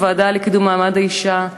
בוועדה לקידום מעמד האישה,